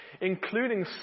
including